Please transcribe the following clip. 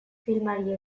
filmari